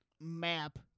map